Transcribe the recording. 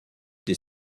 des